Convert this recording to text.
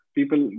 People